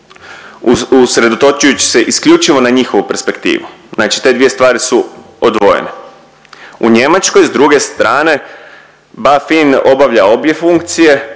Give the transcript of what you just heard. usredotočujući se isključivo na njihovu perspektivu, znači te dvije stvari su odvojene. U Njemačkoj s druge strane BaFin obavlja obje funkcije,